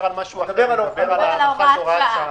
על הארכת שעה.